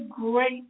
great